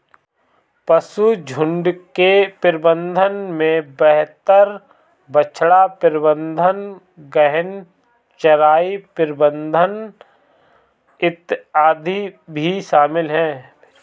पशुझुण्ड के प्रबंधन में बेहतर बछड़ा प्रबंधन, गहन चराई प्रबंधन इत्यादि भी शामिल है